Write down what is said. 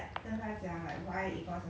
I I think that they said like